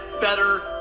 better